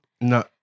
No